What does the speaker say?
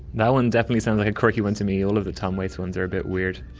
that one definitely sounds like a quirky one to me, all of the tom waits ones are a bit weird.